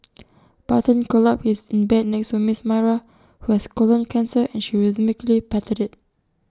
button curled up is in bed next to miss Myra who has colon cancer and she rhythmically patted IT